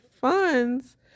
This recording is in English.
funds